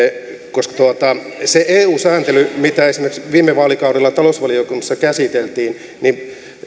kun eu sääntelyä esimerkiksi viime vaalikaudella talousvaliokunnassa käsiteltiin niin